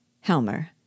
Helmer